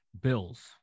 Bills